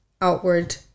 outward